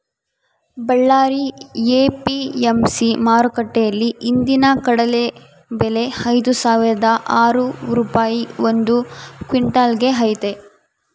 Ballari APMC ಮಾರುಕಟ್ಟೆಯಲ್ಲಿ ಇಂದಿನ ಕಡಲೆ ಬೆಲೆ ಐದುಸಾವಿರದ ಆರು ರೂಪಾಯಿ ಒಂದು ಕ್ವಿನ್ಟಲ್ ಗೆ ಐತೆ